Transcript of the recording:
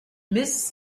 miss